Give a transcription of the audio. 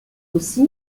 aussi